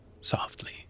softly